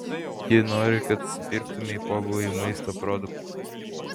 ji nori kad supirktumei pobūviui maisto produktus